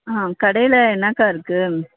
ஆ கடையில் என்னக்கா இருக்குது